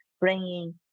bringing